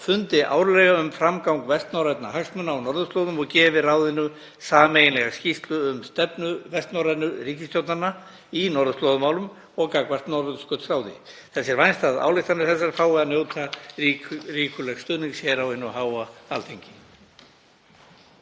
fundi árlega um framgang vestnorrænna hagsmuna á norðurslóðum og gefi ráðinu sameiginlega skýrslu um stefnu vestnorrænu ríkisstjórnanna í norðurslóðamálum og gagnvart Norðurskautsráði. Þess er vænst að ályktanir þessar fái að njóta ríkulegs stuðnings hér á hinu háa Alþingi.